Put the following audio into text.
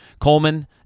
coleman